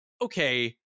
okay